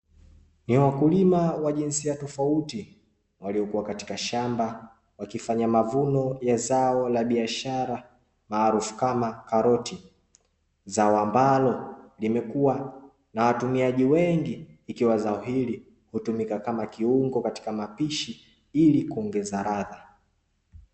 Ni wakulima wa jinsia tofauti waliokuwa katika shamba wakifanya mavuno ya zao la biashara maarufu kama karoti. Zao ambalo limekuwa na watumiaji wengi, ikiwa zao hili hutumika kama kiungo katika mapishi ili kuongeza ladha.